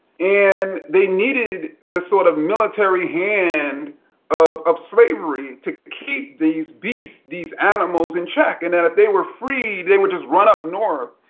and they needed the sort of military hand of of slavery to keep these beasts, these animals, in check. and and if they were free, they would just run up north,